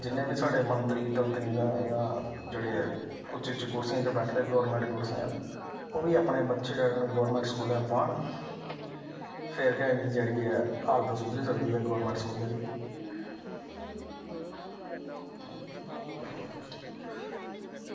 जिन्ने बी साढ़े मंत्री तंत्री न जां जेह्ड़े उच्ची उच्ची कुर्सियें च बैठे दे न गौरमेंट कुर्सियें पर ओह् बी अपने बच्चे जेह्ड़े न गौरमेंट स्कूलें पान फिर गै इं'दी जेह्ड़ी ऐ हालत सुधरी सकदी ऐ गौरमेंट स्कूलें दी